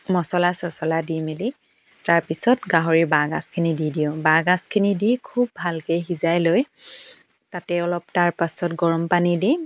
মছলা চছলা দি মেলি তাৰপিছত গাহৰি বাঁহ গাজখিনি দি দিওঁ বাঁহ গাজখিনি দি খুব ভালকে সিজাই লৈ তাতে অলপ তাৰপাছত গৰমপানী দি